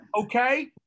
okay